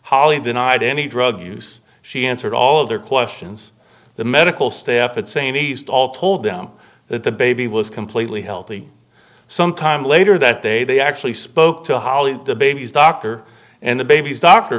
holly denied any drug use she answered all their questions the medical staff at st east all told them that the baby was completely healthy some time later that day they actually spoke to holly the baby's doctor and the baby's doctor